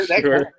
Sure